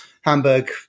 Hamburg-